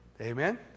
Amen